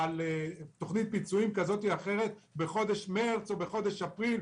תוכנית פיצויים כזאת או אחרת בחודש מרץ או בחודש אפריל.